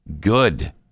Good